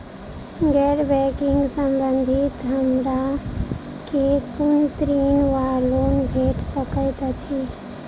गैर बैंकिंग संबंधित हमरा केँ कुन ऋण वा लोन भेट सकैत अछि?